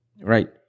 right